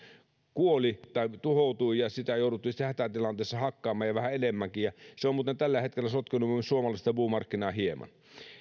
kuoli tai tuhoutui ja sitä jouduttiin sitten hätätilanteessa hakkaamaan vähän enemmänkin se on muuten tällä hetkellä sotkenut myös suomalaista puumarkkinaa hieman